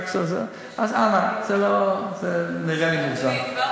אז אנא, זה לא, זה נראה לי מוזר.